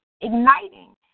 igniting